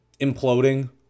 imploding